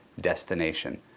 destination